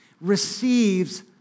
receives